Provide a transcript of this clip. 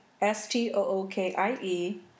S-T-O-O-K-I-E